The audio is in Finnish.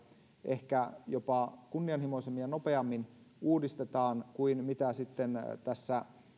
ehkä jopa kunnianhimoisemmin ja nopeammin uudistetaan kuin mitä tässä